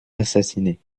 assassinée